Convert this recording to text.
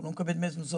הוא לא מקבל דמי מזונות,